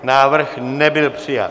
Návrh nebyl přijat.